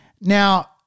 Now